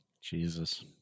jesus